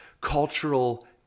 cultural